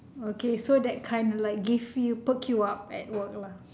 okay so that kind like give you perk you up at work lah